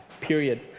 period